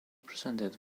presented